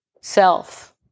self